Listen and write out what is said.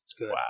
Wow